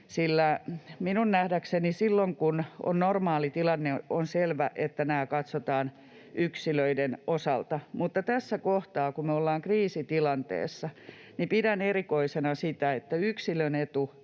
Minun nähdäkseni silloin, kun on normaalitilanne, on selvä, että nämä katsotaan yksilöiden osalta, mutta tässä kohtaa, kun me ollaan kriisitilanteessa, pidän erikoisena sitä, että yksilön etu